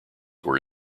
were